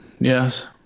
Yes